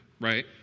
right